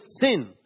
sin